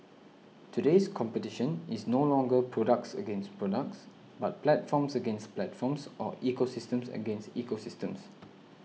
today's competition is no longer products against products but platforms against platforms or ecosystems against ecosystems